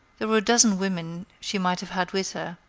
there were a dozen women she might have had with her,